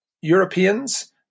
europeans